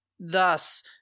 thus